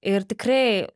ir tikrai